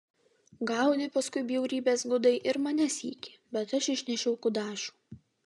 gaudė paskui bjaurybės gudai ir mane sykį bet aš išnešiau kudašių